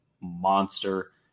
monster